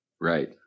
Right